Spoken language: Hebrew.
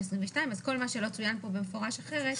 22'. אז כל מה שלא צוין פה במפורש אחרת